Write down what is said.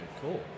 Cool